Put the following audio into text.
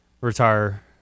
retire